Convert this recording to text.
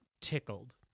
tickled